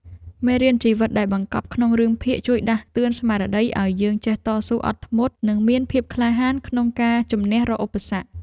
មេរៀនជីវិតដែលបង្កប់ក្នុងរឿងភាគជួយដាស់តឿនស្មារតីឱ្យយើងចេះតស៊ូអត់ធ្មត់និងមានភាពក្លាហានក្នុងការជម្នះរាល់ឧបសគ្គ។